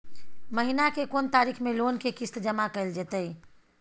महीना के कोन तारीख मे लोन के किस्त जमा कैल जेतै?